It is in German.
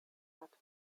hat